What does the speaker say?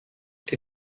die